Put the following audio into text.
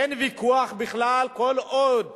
אין